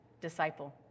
disciple